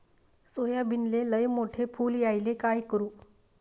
सोयाबीनले लयमोठे फुल यायले काय करू?